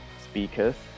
speakers